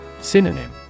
Synonym